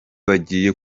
bagiye